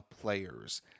players